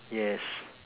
yes